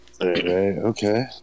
Okay